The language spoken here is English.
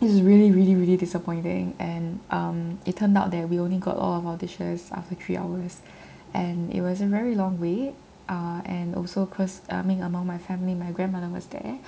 it's really really really disappointing and um it turned out that we only got all of our dishes after three hours and it was a very long wait uh and also cause uh I mean among my family my grandmother was there